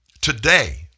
Today